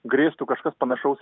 grėstų kažkas panašaus